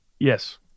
Yes